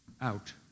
out